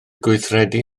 gweithredu